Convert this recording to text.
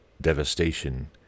devastation